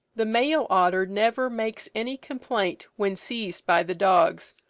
the male otter never makes any complaint when seized by the dogs,